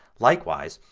likewise,